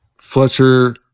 Fletcher